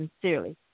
sincerely